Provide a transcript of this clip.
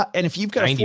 and if you've got a